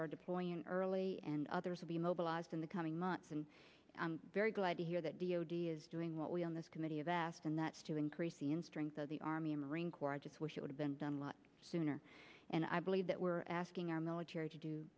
are deploying early and others will be mobilized in the coming months and i'm very glad to hear that d o d is doing what we on this committee of asked and that's to increase in strength of the army and marine corps i just wish it had been done a lot sooner and i believe that we're asking our military to do